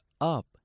up